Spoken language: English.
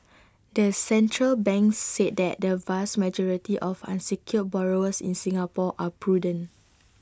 the central bank said that the vast majority of unsecured borrowers in Singapore are prudent